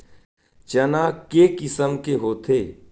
चना के किसम के होथे?